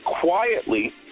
quietly